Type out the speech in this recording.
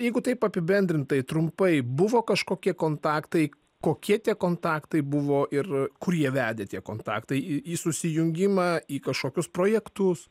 jeigu taip apibendrintai trumpai buvo kažkokie kontaktai kokie tie kontaktai buvo ir kur jie vedė tie kontaktai į susijungimą į kažkokius projektus